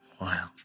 Wow